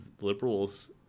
liberals